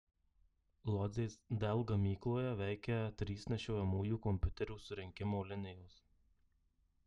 lodzės dell gamykloje veikia trys nešiojamųjų kompiuterių surinkimo linijos